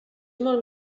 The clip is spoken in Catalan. molt